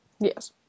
Yes